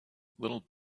little